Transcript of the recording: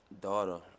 daughter